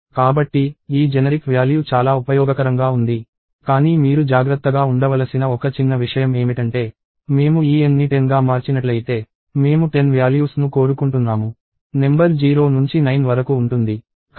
కాబట్టి ఈ జెనరిక్ విలువ చాలా ఉపయోగకరంగా ఉంది కానీ మీరు జాగ్రత్తగా ఉండవలసిన ఒక చిన్న విషయం ఏమిటంటే మేము ఈ n ని 10 గా మార్చినట్లయితే మేము 10 విలువల ను కోరుకుంటున్నాము నెంబర్ 0 నుంచి 9 వరకు ఉంటుంది